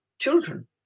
children